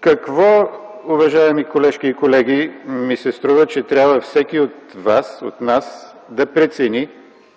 Какво, уважаеми колежки и колеги, ми се струва, че трябва всеки от нас да прецени